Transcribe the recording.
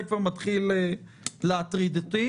זה כבר מתחיל להטריד אותי.